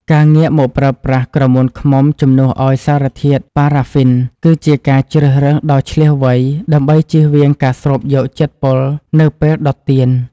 ការងាកមកប្រើប្រាស់ក្រមួនឃ្មុំជំនួសឱ្យសារធាតុប៉ារ៉ាហ្វីន គឺជាការជ្រើសរើសដ៏ឈ្លាសវៃដើម្បីជៀសវាងការស្រូបយកជាតិពុលនៅពេលដុតទៀន។